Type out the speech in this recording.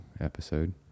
episode